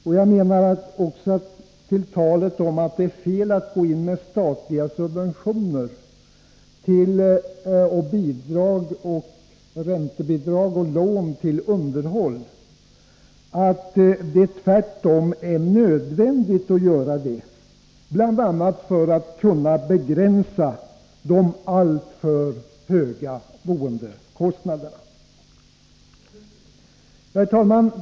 Det anförs här att det är fel att gå in med statliga subventioner, räntebidrag och lån till underhåll, men jag anser att det tvärtom är nödvändigt att gå in med sådana insatser — bl.a. för att kunna begränsa de alltför höga boendekostnaderna.